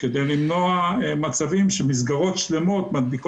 יכול להיות שמשרד הרווחה צריך לתת